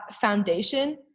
foundation